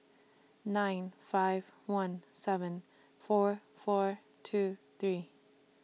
nine five one seven four four two three